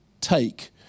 take